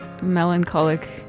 melancholic